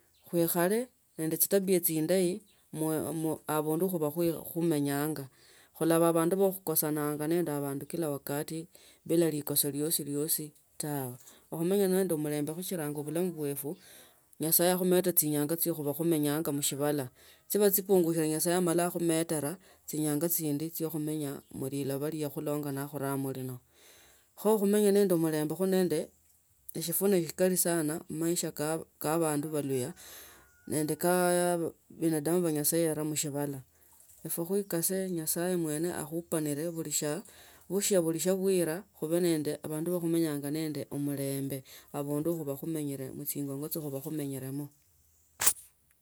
Khwikale nedne tsi tabia tsindayi, mu avundu khuva khu, khumenyanga, khulava vandu va khukosananga nende avandu kila wakati bila likase lyosi lyosi tawe. Khumenya nende omulembe khu shiranga vulamu vwefu nyasaye akhumete tsinyanga tsya khuva khumenyanga khu shivala, tsiva tsipungushre nyasaye amala akhumetara, tsinyanga tsindi tsyakhumenya mulivava lya yakhulanga na akhuramo lina, kho khumenya nende omulembe khunende eshifune shikali sana khu maisha ka, ka vandu valuhya nende ka binadamu nyasaye yara mu shivala. Efwe kwikase nyasaye mwene akhupinaro vuli sha, vusha vuli shavwira nende avandu yakhumenyanga nende omulembe avundu khuva khumenyera mutsinganga tsyo khuwa khumenyeramo.